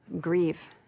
grieve